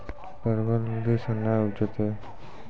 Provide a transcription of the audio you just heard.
परवल जल्दी से के ना उपजाते?